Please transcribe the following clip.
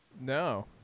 No